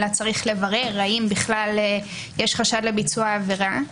אלא צריך לברר האם בכלל יש חשד לביצוע עבירה.